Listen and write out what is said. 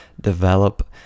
develop